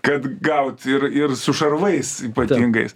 kad gaut ir ir su šarvais ypatingais